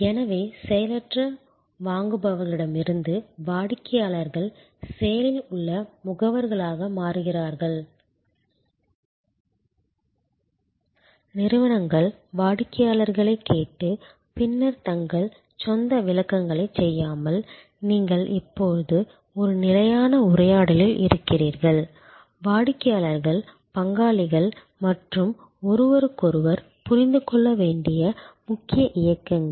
எனவே செயலற்ற வாங்குபவர்களிடமிருந்து வாடிக்கையாளர்கள் செயலில் உள்ள முகவர்களாக மாறுகிறார்கள் நிறுவனங்கள் வாடிக்கையாளர்களைக் கேட்டு பின்னர் தங்கள் சொந்த விளக்கங்களைச் செய்யாமல் நீங்கள் இப்போது ஒரு நிலையான உரையாடலில் இருக்கிறீர்கள் வாடிக்கையாளர்கள் பங்காளிகள் மற்றும் ஒருவருக்கொருவர் புரிந்து கொள்ள வேண்டிய முக்கிய இயக்கங்கள்